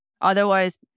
Otherwise